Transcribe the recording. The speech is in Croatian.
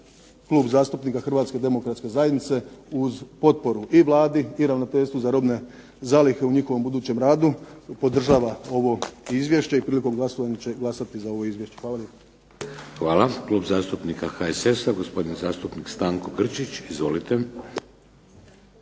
Klub zastupnika Hrvatske demokratske zajednice, uz potporu i Vladi i Ravnateljstvu za robne zalihe u njihovom budućem radu podržava ovo izvješće, i prilikom glasovanja će glasati za ovo izvješće. Hvala lijepa. **Šeks, Vladimir (HDZ)** Hvala. Klub zastupnika HSS-a, gospodin zastupnik Stanko Grčić. Izvolite.